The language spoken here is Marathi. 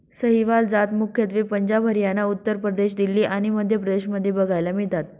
सहीवाल जात मुख्यत्वे पंजाब, हरियाणा, उत्तर प्रदेश, दिल्ली आणि मध्य प्रदेश मध्ये बघायला मिळतात